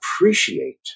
appreciate